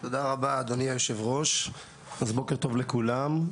תודה רבה, אדוני היושב-ראש, בוקר טוב לכולם.